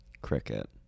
Cricket